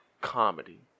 comedy